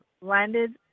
landed